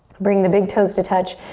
bring the big toes to touch,